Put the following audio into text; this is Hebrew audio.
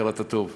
הכרת הטוב.